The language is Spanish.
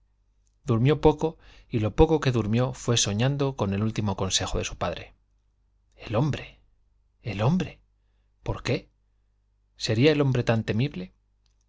durmió poco y lo poco qu durmió rué soñando con el último consejo de su i el hom padre bre i el hombre por sería el hombre tan qué temible